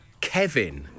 Kevin